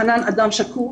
חנאן אדם שקוף,